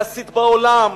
להסית בעולם.